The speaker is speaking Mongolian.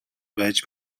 байж